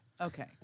Okay